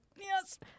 Yes